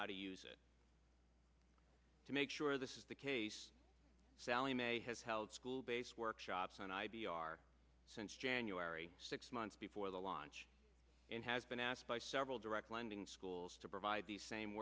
how to use it to make sure this is the case sallie mae has held school based workshops on i d r since january six months before the launch and has been asked by several direct lending schools to provide the same